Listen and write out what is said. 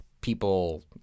people